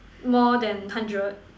more than hundred